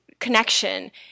connection